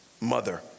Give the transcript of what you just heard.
mother